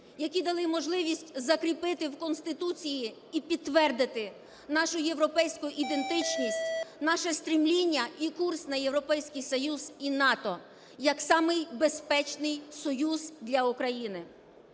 які дали можливість закріпити в Конституції і підтвердити нашу європейську ідентичність, наше стремління і курс на Європейський Союз і НАТО як самий безпечний союз для України.